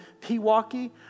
Pewaukee